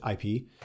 IP